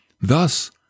Thus